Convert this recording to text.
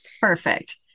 Perfect